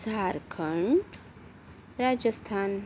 Jharkhand Rajasthan